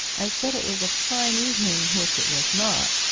i said it was a fine evening which it was not.